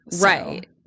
right